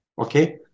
Okay